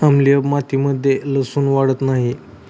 आम्लीय मातीमध्ये लसुन वाढत नाही